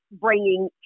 bringing